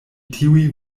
tiuj